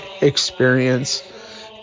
experience